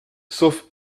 sauf